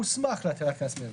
בתנאים מסוימים.